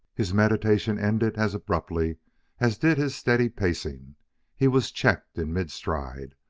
his meditation ended as abruptly as did his steady pacing he was checked in midstride,